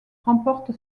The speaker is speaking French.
remporte